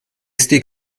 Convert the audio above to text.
stick